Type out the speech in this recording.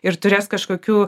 ir turės kažkokių